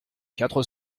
quatre